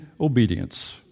obedience